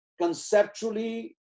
conceptually